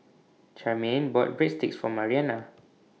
Charmaine bought Breadsticks For Marianna